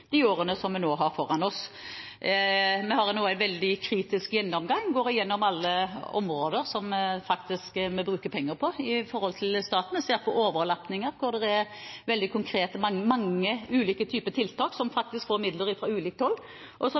de årene som vi har foran oss. Vi har nå en veldig kritisk gjennomgang. Vi går gjennom alle områder staten faktisk bruker penger på. Vi ser på overlappinger, der hvor det er veldig mange ulike typer tiltak som faktisk får midler fra ulikt hold, og